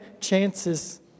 chances